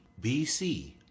BC